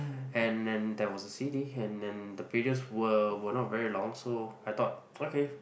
and then there was a c_d and then the previous were were not very long so I thought okay